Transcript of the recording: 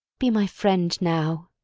be my friend now.